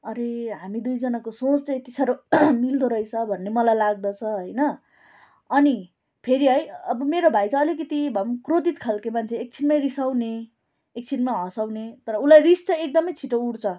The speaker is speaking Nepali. अरे हामी दुईजनाको सोच चाहिँ यति साह्रो मिल्दो रहेछ भन्ने मलाई लाग्दछ होइन अनि फेरि है अब मेरो भाइ चाहिँ अलिकति भए पनि क्रोधित खालको मान्छे एकछिनमै रिसाउने एकछिनमै हँसाउने तर उसलाई रिस चाहिँ एकदमै छिटो उठ्छ